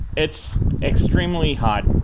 it's extremely hot.